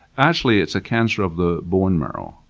actually it's a cancer of the bone marrow,